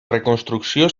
reconstrucció